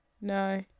No